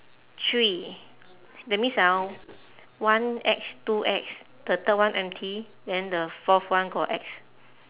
three that means ah one axe two axe the third one empty then the fourth one got axe